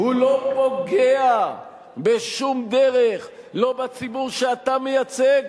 הוא לא פוגע בשום דרך לא בציבור שאתה מייצג,